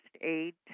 aid